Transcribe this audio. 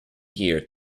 year